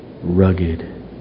rugged